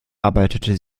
arbeitete